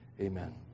amen